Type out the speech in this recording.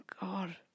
God